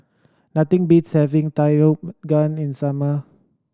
nothing beats having Takikomi Gohan in the summer